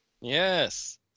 Yes